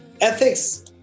ethics